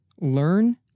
learn